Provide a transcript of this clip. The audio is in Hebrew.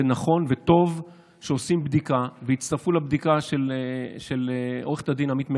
זה נכון וטוב שעושים בדיקה ויצטרפו לבדיקה של עו"ד עמית מררי,